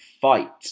fight